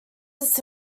this